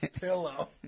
pillow